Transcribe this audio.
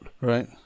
Right